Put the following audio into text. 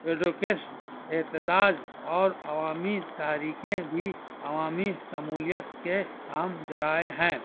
ایڈو کیش احتجاج اور عوامی تارییکیں بھی عوامی شمولیت کے ہم ذرائع ہیں